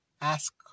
ask